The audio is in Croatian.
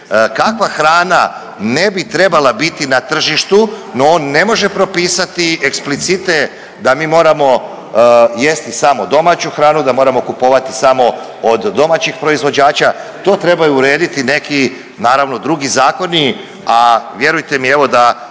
kakva hrana ne bi trebala biti na tržištu, no on ne može propisati explicite da mi moramo jesti samo domaću hranu, da moramo kupovati samo od domaćih proizvođača, to trebaju urediti neki naravno drugi zakoni, a vjerujte mi evo da